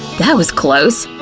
that was close!